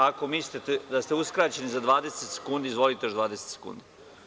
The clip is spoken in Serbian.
Ako mislite da ste uskraćeni za 20 sekundi, izvolite još 20 sekundi.